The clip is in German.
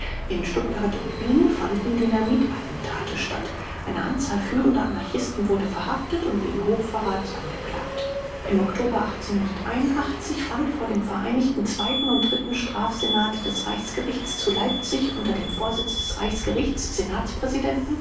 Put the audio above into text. in stuttgart und wien fanden dynamitattentate statt eine anzahl führender anarchisten wurde verhaftet und wegen hochverrats angeklagt im oktober fand vor dem vereinigten zweiten und dritten strafsenat des reichsgerichts zu leipzig unter dem vorsitz des